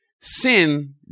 Sin